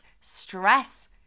Stress